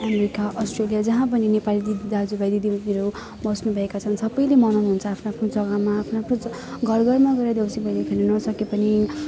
America Australia जहाँ पनि नेपाली दिद् दाजुभाइ दिदीबहिनीहरू बस्नुभएका छन् सबैले मनाउनु हुन्छ आफ्नो आफ्नो जग्गामा आफ्नो आफ्नो घर घरमा गएर देउसी भैलो खेल्न नसके पनि